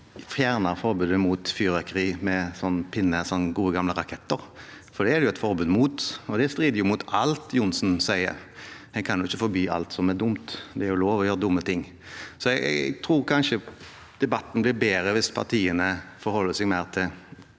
fjerne forbudet mot fyrverkeri med pinner – gode, gamle raketter – for det er det jo et forbud mot, og det strider mot alt Johnsen sier. En kan ikke forby alt som er dumt; det er lov til å gjøre dumme ting. Jeg tror kanskje debatten blir bedre hvis partiene forholder seg mer til